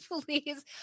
Please